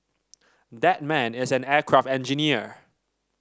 that man is an aircraft engineer